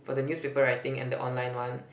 for the newspaper writing and the online one